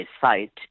site